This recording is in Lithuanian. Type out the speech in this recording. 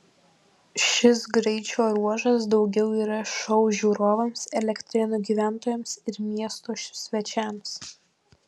šis greičio ruožas daugiau yra šou žiūrovams elektrėnų gyventojams ir miesto svečiams